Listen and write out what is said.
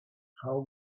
how